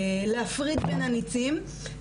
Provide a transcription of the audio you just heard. להפריד בין הניצים,